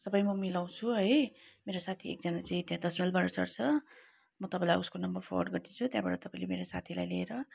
सबै म मिलाउछु है मेरो साथी एकजना चाहिँ त्यहाँ दस माइलबाट चढ्छ म तपाईँलाई उसको नम्बर फरवार्ड गरिदिन्छु त्यहाँबाट तपाईँले साथीलाई ल्याएर